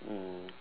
mm